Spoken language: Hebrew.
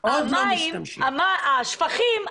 השפכים,